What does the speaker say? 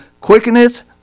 quickeneth